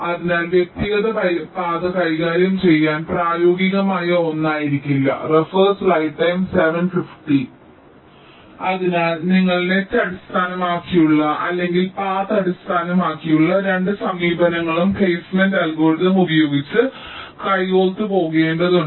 അതിനാൽ വ്യക്തിഗത പാത കൈകാര്യം ചെയ്യുന്നത് പ്രായോഗികമായ ഒന്നായിരിക്കില്ല അതിനാൽ നിങ്ങൾ നെറ്റ് അടിസ്ഥാനമാക്കിയുള്ള അല്ലെങ്കിൽ പാത്ത് അടിസ്ഥാനമാക്കിയുള്ള രണ്ട് സമീപനങ്ങളും പ്ലെയ്സ്മെന്റ് അൽഗോരിതം ഉപയോഗിച്ച് കൈകോർത്ത് പോകേണ്ടതുണ്ട്